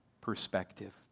perspective